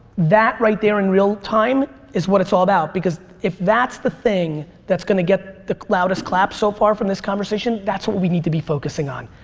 that right there in real time is what it's all about because if that's the thing that's gonna get the loudest claps so far from this conversation that's what we need to be focusing on.